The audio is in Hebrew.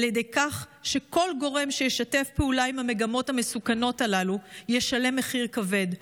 על ידי כך שכל גורם שישתף פעולה עם המגמות המסוכנות הללו ישלם מחיר כבד.